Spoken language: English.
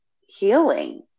healing